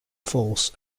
force